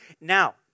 Now